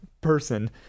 person